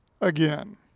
again